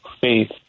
faith